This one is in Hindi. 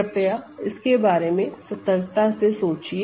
कृपया इसके बारे में सतर्कता से सोचिए